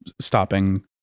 stopping